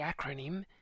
acronym